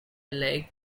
like